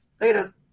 Later